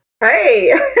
Hey